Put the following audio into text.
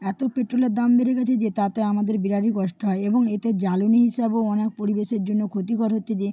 এত পেট্রোলের দাম বেড়ে গেছে যে তাতে আমাদের বিরাটই কষ্ট হয় এবং এতে জ্বালানি হিসাবেও অনেক পরিবেশের জন্য ক্ষতিকর হচ্ছে যে